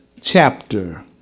chapter